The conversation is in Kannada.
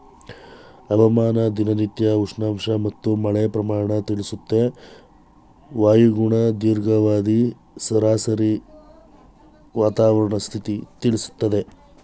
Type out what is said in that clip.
ಹವಾಮಾನ ದಿನನಿತ್ಯ ಉಷ್ಣಾಂಶ ಮತ್ತು ಮಳೆ ಪ್ರಮಾಣ ತಿಳಿಸುತ್ತೆ ವಾಯುಗುಣ ದೀರ್ಘಾವಧಿ ಸರಾಸರಿ ವಾತಾವರಣ ಸ್ಥಿತಿ ತಿಳಿಸ್ತದೆ